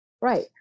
right